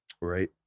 Right